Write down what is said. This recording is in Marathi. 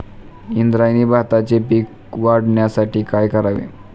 इंद्रायणी भाताचे पीक वाढण्यासाठी काय करावे?